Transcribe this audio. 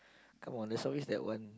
come on there's always that one